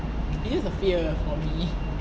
it is a fear for me